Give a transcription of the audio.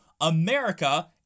America